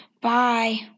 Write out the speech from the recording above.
Bye